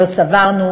לא סברנו,